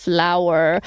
Flower